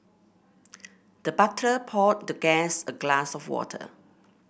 the butler poured the guest a glass of water